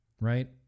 right